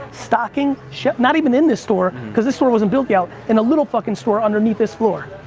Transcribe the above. stocking shel not even in this store because this store wasn't built yet. in a little fucking store underneath this floor.